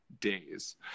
days